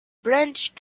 brandished